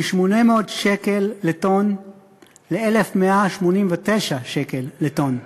מ-800 שקל לטון ל-1,189 שקל לטון,